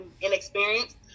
inexperienced